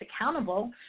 accountable